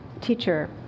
teacher